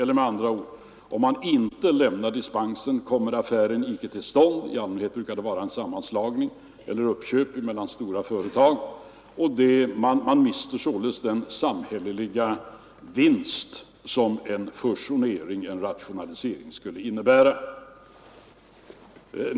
Eller med andra ord: Om regeringen inte lämnar dispens kommer affären inte till stånd. I allmänhet brukar det vara fråga om en sammanslagning eller uppköp stora företag emellan. Man mister sålunda den samhälleliga vinst som en fusionering, en rationalisering, skulle innebära.